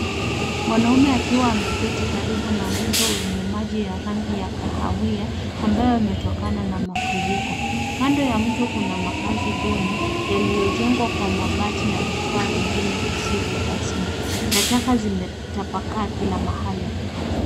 Mwanaume akiwa ameketi karibu na mto wenye maji ya rangi ya kahawia ambayo imetokana na mafuriko. Kando ya mtu kuna makazi duni yaliyojengwa kwa mabati na vifaa vingine visivyo rasmi. Na taka zimetapakaa kila mahali.